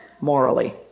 morally